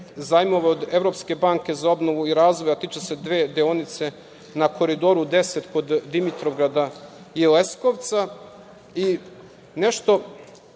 zajmove od Evropske banke za obnovu i razvoj, a tiče se dve deonice na Koridoru 10 kod Dimitrovgrada i Leskovca. Na